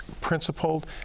principled